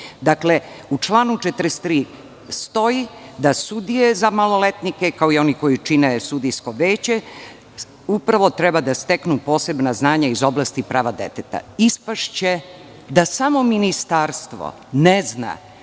Dakle, u članu 43. stoji da sudije za maloletnike kao i oni koji čine sudijsko veće upravo treba da steknu posebna znanja iz oblasti prava deteta. Ispašće da samo ministarstvo ne zna